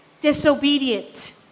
disobedient